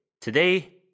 Today